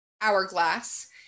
hourglass